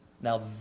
now